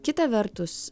kita vertus